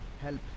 help